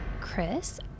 Chris